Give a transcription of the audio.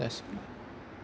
जासिगोन